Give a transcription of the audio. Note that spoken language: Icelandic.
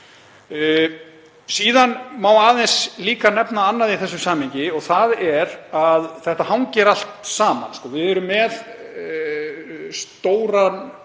Síðan má líka að nefna annað í þessu samhengi og það er að þetta hangir allt saman. Við erum með stóran,